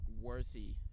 worthy –